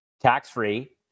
tax-free